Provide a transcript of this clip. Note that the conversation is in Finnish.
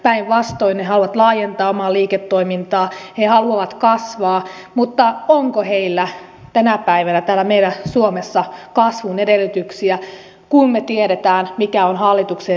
päinvastoin he haluavat laajentaa omaa liiketoimintaansa he haluavat kasvaa mutta onko heillä tänä päivänä täällä meillä suomessa kasvun edellytyksiä kun me tiedämme mikä on hallituksen linja